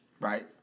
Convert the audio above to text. Right